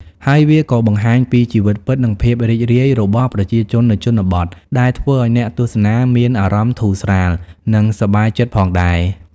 ហើយវាក៏បង្ហាញពីជីវិតពិត និងភាពរីករាយរបស់ប្រជាជននៅជនបទ ដែលធ្វើឱ្យអ្នកទស្សនាមានអារម្មណ៍ធូរស្រាល និងសប្បាយចិត្តផងដែរ។